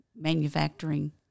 manufacturing